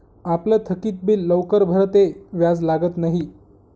आपलं थकीत बिल लवकर भरं ते व्याज लागत न्हयी